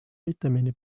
vitamiini